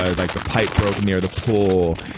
ah like the pipe broken near the pool.